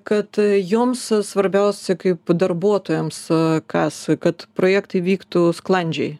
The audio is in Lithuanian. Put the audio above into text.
kad joms svarbiausia kaip darbuotojams ee kas kad projektai vyktų sklandžiai